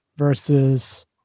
Versus